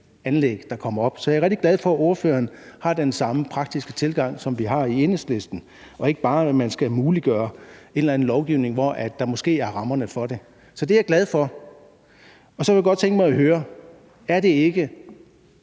anlæg, der kommer op. Så jeg er rigtig glad for, at ordføreren har den samme praktiske tilgang, som vi har i Enhedslisten, og ikke bare at man skal muliggøre en eller anden lovgivning, hvor der måske er rammerne for det, så det er jeg glad for. Så kunne jeg også godt tænke mig at høre, om det ikke